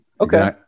Okay